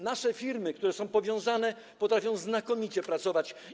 Nasze firmy, które są powiązane, potrafią znakomicie pracować.